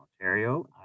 Ontario